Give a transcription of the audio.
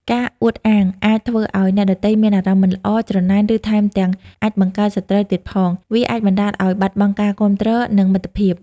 ការអួតអាងអាចធ្វើឱ្យអ្នកដទៃមានអារម្មណ៍មិនល្អ ច្រណែន ឬថែមទាំងអាចបង្កើតសត្រូវទៀតផង។ វាអាចបណ្តាលឱ្យបាត់បង់ការគាំទ្រ និងមិត្តភាព។